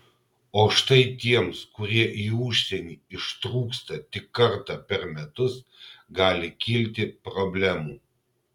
o štai tiems kurie į užsienį ištrūksta tik kartą per metus gali kilti problemų